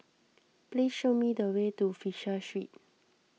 please show me the way to Fisher Street